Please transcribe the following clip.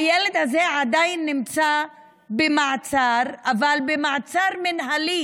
הילד הזה עדיין נמצא במעצר, אבל במעצר מינהלי